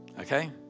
Okay